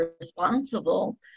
responsible